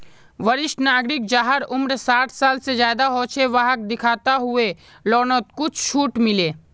वरिष्ठ नागरिक जहार उम्र साठ साल से ज्यादा हो छे वाहक दिखाता हुए लोननोत कुछ झूट मिले